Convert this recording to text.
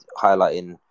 highlighting